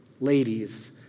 Ladies